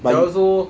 假如说